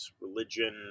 Religion